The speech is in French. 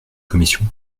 commission